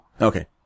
Okay